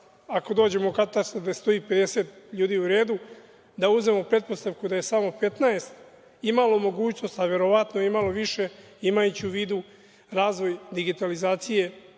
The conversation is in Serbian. ako dođemo u katastar gde stoji 50 ljudi u redu, da uzmemo pretpostavku da je samo 15 imalo mogućnost, a verovatno je imalo više, imajući u vidu razvoj digitalizacije